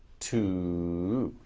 two.